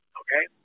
okay